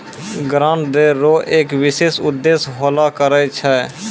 grant दै रो एक विशेष उद्देश्य होलो करै छै